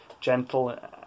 gentle